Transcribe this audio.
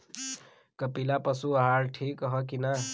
कपिला पशु आहार ठीक ह कि नाही?